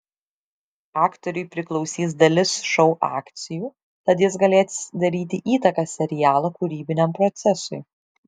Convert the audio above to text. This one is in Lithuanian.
aktoriui priklausys dalis šou akcijų tad jis galės daryti įtaką serialo kūrybiniam procesui